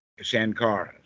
Sankaras